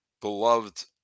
beloved